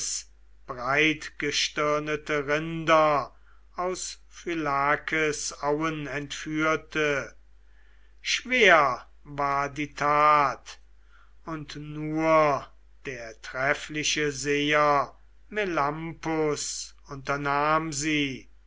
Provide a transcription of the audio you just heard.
breitgestirnete rinder aus phylakes auen entführte schwer war die tat und nur der treffliche seher melampus unternahm sie